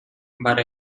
but